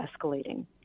escalating